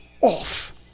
off